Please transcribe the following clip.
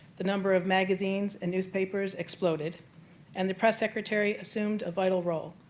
the number of magazines and newspapers exploded and the press secretary assumed a vital role.